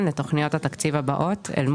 זה לא יכול להיות שאנחנו נשב פה בסוף דצמבר וכל הזמן